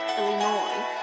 Illinois